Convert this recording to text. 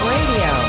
Radio